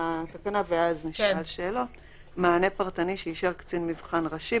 מענה פרטני שאישר קצין מבחן ראשי,